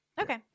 Okay